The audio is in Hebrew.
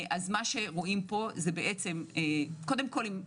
זה פה ההבדלים מאז